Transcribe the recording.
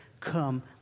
come